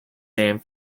name